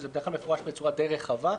שזה בדרך כלל מפורש בצורה די רחבה.